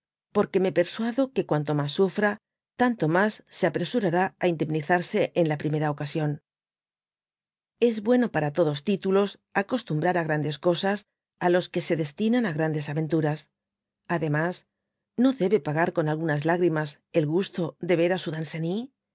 que me persuado que cuanto mas sufra tanto mas se apresurará á indemnizarse en la primera ocasión dby google s bueno jpor todos titnlos acoatombrar á grandes cosas á los que se destinan á grandes ayen turas ademas no debe pagar con algunas lágrimas el gusto de ter á su